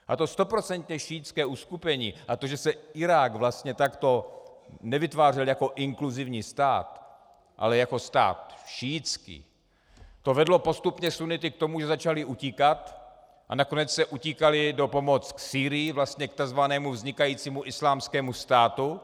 A to stoprocentně šíitské uskupení a to, že se Irák vlastně takto nevytvářel jako inkluzivní stát, ale jako stát šíitský, vedlo postupně sunnity k tomu, že začali utíkat, a nakonec utíkali o pomoc k Sýrii, vlastně k takzvanému vznikajícímu Islámskému státu.